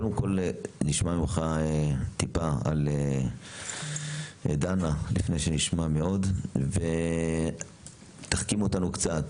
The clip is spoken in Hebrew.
נשמע ממך על דנה לפני שנשמע עוד ותחכים אותנו קצת